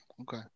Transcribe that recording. Okay